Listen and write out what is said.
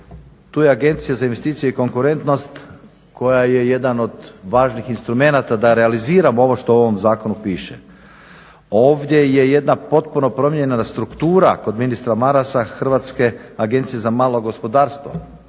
Tu je Agencija za investicije i konkurentnost koja je jedan od važni instrumenata da realiziramo ovo što u ovom zakonu piše. Ovdje je jedna potpuno promijenjena struktura kod ministra Marasa, Hrvatske agencije za malo gospodarstvo,